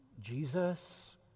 Jesus